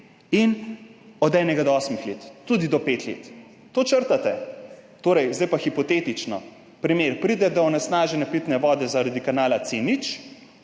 in od enega do osmih let, tudi do pet let. To črtate. Zdaj pa hipotetično, primer. Pride do onesnaženja pitne vode zaradi kanala C0.